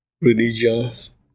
religions